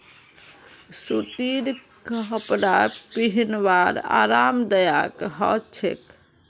सूतीर कपरा पिहनवार आरामदायक ह छेक